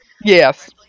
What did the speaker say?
Yes